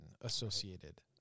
associated